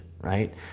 right